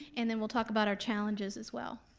and then we'll talk about our challenges as well,